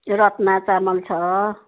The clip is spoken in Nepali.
यो रत्ना चामल छ